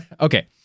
Okay